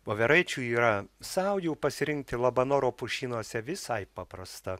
voveraičių yra sau jų pasirinkti labanoro pušynuose visai paprasta